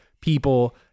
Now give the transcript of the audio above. people